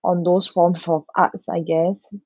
on those forms from arts I guess